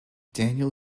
daniel